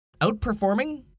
outperforming